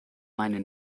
meine